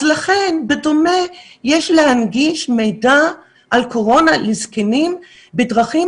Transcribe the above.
אז לכן בדומה יש להנגיש מידע על קורונה לזקנים בדרכים